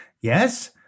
Yes